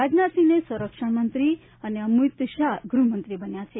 રાજનાથસિંહને સંરક્ષણમંત્રી અને અમિત શાહ ગૃહમંત્રી બન્યા છે